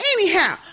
Anyhow